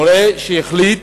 מורה שהחליט,